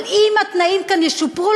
אבל אם התנאים כאן ישופרו,